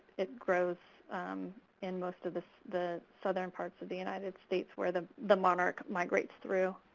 it grows in most of the the southern parts of the united states, where the the monarch migrates through.